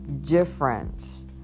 difference